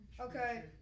Okay